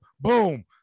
Boom